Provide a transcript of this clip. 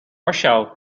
warschau